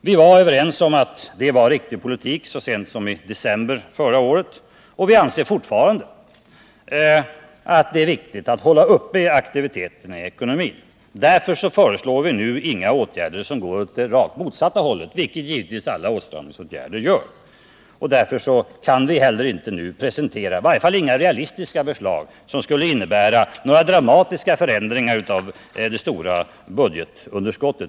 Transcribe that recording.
Vi var så sent som i december förra året överens om att det var riktig politik, och vi anser fortfarande att det är riktigt att hålla uppe aktiviteterna i ekonomin. Därför föreslår vi nu inga åtgärder som går åt det rakt motsatta hållet, dvs. åtstramningsåtgärder. Därför presenterar vi inte nu förslag som skulle innebära dramatiska förändringar av det stora budgetunderskottet.